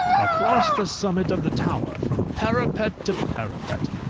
across the summit of the tower, from parapet to parapet,